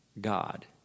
God